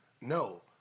No